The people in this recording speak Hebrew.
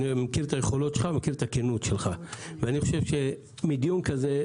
מכיר את היכולות שלך ומכיר את הכנות שלך ואני חושב שמדיון כזה,